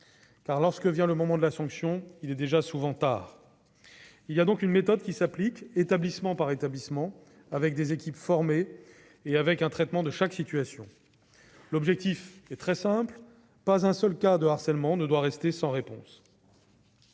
Lorsque vient le moment de la sanction, en effet, il est souvent déjà trop tard ... Une méthode s'applique, donc, établissement par établissement, avec des équipes formées et un traitement de chaque situation. L'objectif est très simple : aucun cas de harcèlement ne doit rester sans réponse.